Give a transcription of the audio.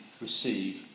receive